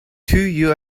two